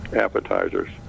appetizers